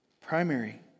Primary